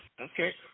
okay